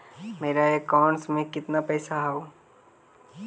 मेरा अकाउंटस में कितना पैसा हउ?